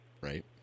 right